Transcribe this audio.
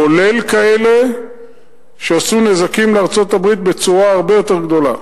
כולל כאלה שעשו נזקים לארצות-הברית בצורה הרבה יותר גדולה.